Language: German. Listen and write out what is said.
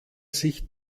sich